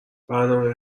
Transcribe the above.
برنامهی